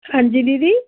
ਹਾਂਜੀ ਦੀਦੀ